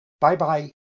Bye-bye